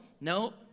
no